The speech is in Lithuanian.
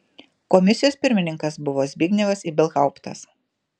komisijos pirmininkas buvo zbignevas ibelhauptas